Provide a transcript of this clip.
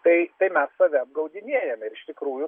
tai tai mes save apgaudinėjame ir iš tikrųjų